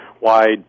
wide